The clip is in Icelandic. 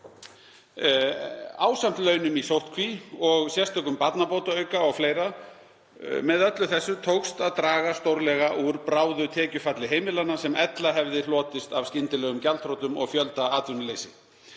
ásamt launum í sóttkví og sérstökum barnabótaauka o.fl., tókst að draga stórlega úr bráðu tekjufalli heimilanna sem ella hefði hlotist af skyndilegum gjaldþrotum og fjöldaatvinnuleysi.